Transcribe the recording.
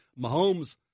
Mahomes